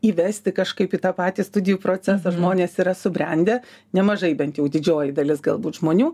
įvesti kažkaip į tą patį studijų procesą žmonės yra subrendę nemažai bent jau didžioji dalis galbūt žmonių